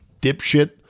dipshit